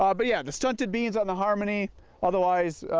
ah but yeah the stunted beans on the harmony otherwise,